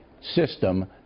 system